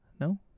no